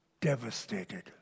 devastated